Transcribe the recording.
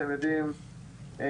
אתם יודעים,